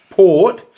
Port